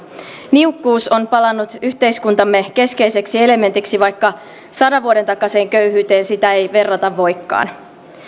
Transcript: niukkuus on palannut yhteiskuntamme keskeiseksi elementiksi vaikka sadan vuoden takaiseen köyhyyteen sitä ei verrata voikaan